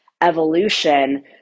evolution